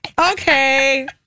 Okay